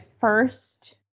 first